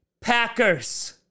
Packers